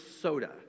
soda